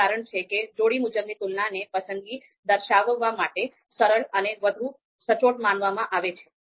આ જ કારણ છે કે જોડી મુજબની તુલનાને પસંદગી દર્શાવવા માટે સરળ અને વધુ સચોટ માનવામાં આવે છે